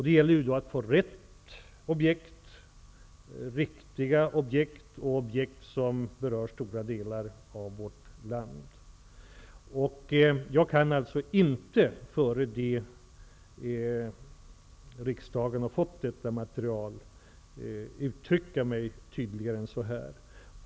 Det gäller då att få rätt objekt, riktiga objekt och objekt som berör stora delar av vårt land. Jag kan alltså inte innan riksdagen fått detta material uttrycka mig tydligare än så här.